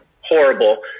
horrible